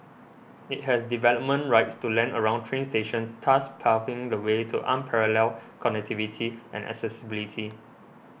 it has development rights to land around train stations thus paving the way to unparalleled connectivity and accessibility